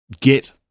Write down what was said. get